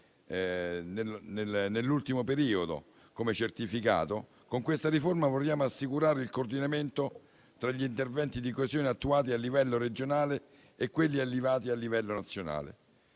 nell'ultimo periodo, come certificato, con questa riforma vogliamo assicurare il coordinamento tra gli interventi di coesione attuati a livello regionale e quelli attuati a livello nazionale.